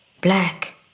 Black